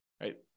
right